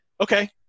okay